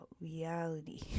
reality